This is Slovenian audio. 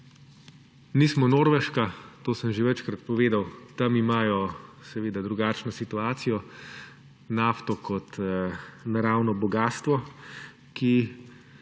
Nismo Norveška, to sem že večkrat povedal. Tam imajo seveda drugačno situacijo. Nafto kot naravno bogastvo, ki